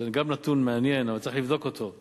זה גם נתון מעניין, אבל צריך לבדוק אותו.